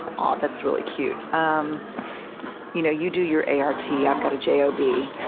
aw, that's really cute. um you know, you do your a r t, i've got a j o b.